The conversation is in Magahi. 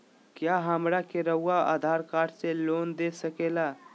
क्या हमरा के रहुआ आधार कार्ड से लोन दे सकेला?